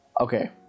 okay